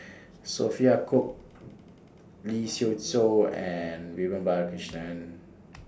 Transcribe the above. Sophia Cooke Lee Siew Choh and Vivian Balakrishnan